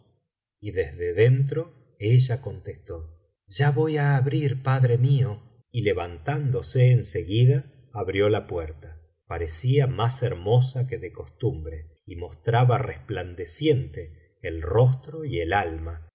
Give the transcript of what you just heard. y desde dentro ella contestó ya voy á abrir padre mío y levantándose en seguida abrió la puerta parecía más hermosa que de costumbre y mostraba resplandeciente el rostro y el alma